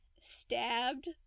stabbed